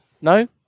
No